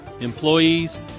employees